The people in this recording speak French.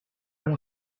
mon